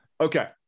Okay